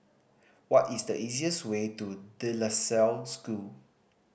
what is the easiest way to De La Salle School